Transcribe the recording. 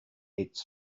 its